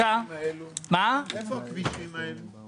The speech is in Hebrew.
איפה הכבישים האלה?